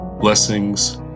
blessings